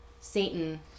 Satan